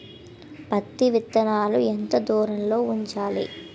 పత్తి విత్తనాలు ఎంత దూరంలో ఉంచాలి?